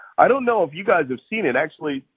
i don't know if you guys have seen it. actually,